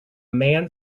man